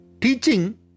Teaching